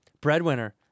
Breadwinner